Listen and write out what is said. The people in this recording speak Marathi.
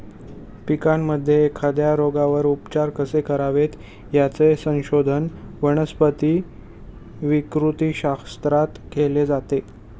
पिकांमध्ये एखाद्या रोगावर उपचार कसे करावेत, याचे संशोधन वनस्पती विकृतीशास्त्रात केले जाते